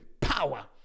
power